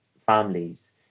families